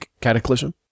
cataclysm